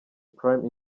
prime